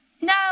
No